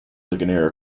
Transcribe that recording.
ligonier